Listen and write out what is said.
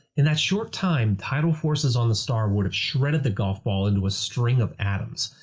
in that short time, tidal forces on the star would have shredded the golf ball into a string of atoms.